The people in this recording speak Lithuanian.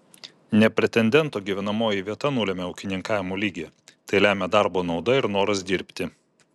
ne pretendento gyvenamoji vieta nulemia ūkininkavimo lygį tai lemia darbo nauda ir noras dirbti